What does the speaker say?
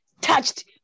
touched